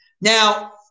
Now